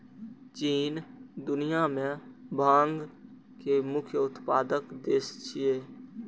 चीन दुनिया मे भांग के मुख्य उत्पादक देश छियै